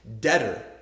debtor